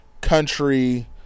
country